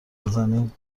بزنی